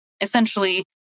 essentially